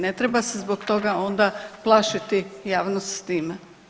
Ne treba se zbog toga onda plašiti javnost s tim.